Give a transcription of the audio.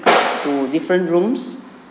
up to different rooms